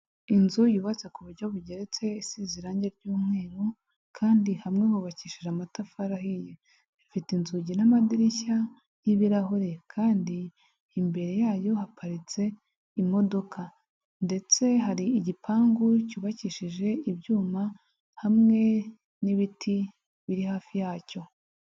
Inzu yubatse ku buryo bugeretse isize irangi ry'umweru, kandi hamwe hubakishije amatafari ahiye, ifite inzugi n'amadirishya y'ibirahure, kandi imbere yayo haparitse imodoka, ndetse hari igipangu cyubakishije ibyuma, hamwe n'ibiti biri hafi yacyo.